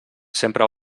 sempre